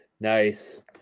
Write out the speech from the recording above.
nice